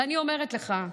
ואני אומרת לך,